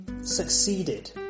succeeded